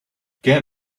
get